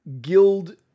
guild